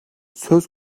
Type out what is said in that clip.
söz